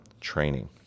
training